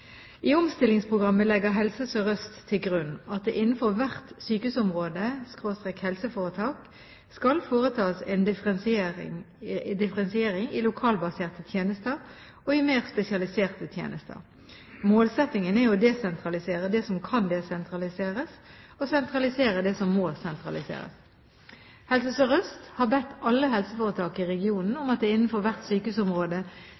I omstillingsprogrammet legger Helse Sør-Øst til grunn at det innenfor hvert sykehusområde/helseforetak skal foretas en differensiering i lokalbaserte tjenester og i mer spesialiserte tjenester. Målsettingen er å desentralisere det som kan desentraliseres og sentralisere det som må sentraliseres. Helse Sør-Øst RHF har bedt alle helseforetak i regionen